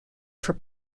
for